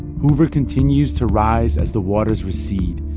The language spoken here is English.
hoover continues to rise as the waters recede,